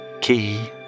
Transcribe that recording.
key